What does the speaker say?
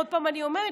עוד פעם אני אומרת,